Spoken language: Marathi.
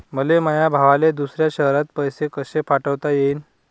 मले माया भावाले दुसऱ्या शयरात पैसे कसे पाठवता येईन?